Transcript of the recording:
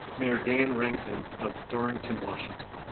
mayor dan rankin of darrington, washington.